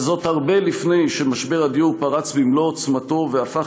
הרבה לפני שמשבר הדיור פרץ במלוא עוצמתו והפך